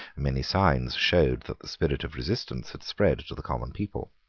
many signs showed that the spirit of resistance had spread to the common people.